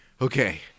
okay